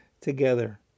together